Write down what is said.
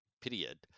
period